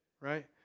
right